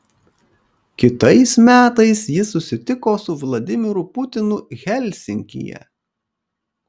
kitais metais ji susitiko su vladimiru putinu helsinkyje